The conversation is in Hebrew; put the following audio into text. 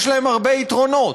יש להן הרבה יתרונות: